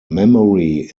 memory